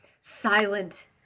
silent